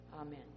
Amen